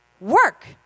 work